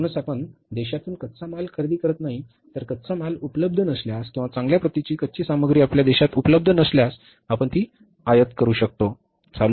म्हणूनच आपण देशातून कच्चा माल खरेदी करत नाही तर कच्चा माल उपलब्ध नसल्यास किंवा चांगल्या प्रतीची कच्ची सामग्री आपल्या देशात उपलब्ध नसल्यास आपण ती आयात करू शकता